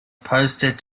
posted